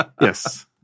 Yes